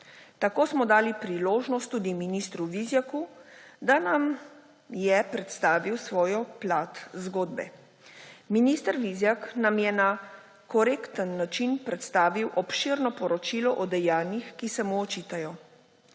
Tako smo dali priložnost tudi ministru Vizjaku, da nam je predstavil svojo plat zgodbe. Minister Vizjak nam je na korekten način predstavil obširno poročilo o dejanjih, ki se mu očitajo.